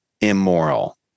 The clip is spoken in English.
immoral